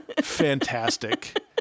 fantastic